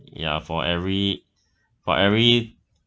ya for every for every